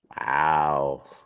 Wow